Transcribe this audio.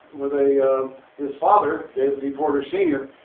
with a his father david d. porter, senior,